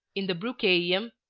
in the brucheium,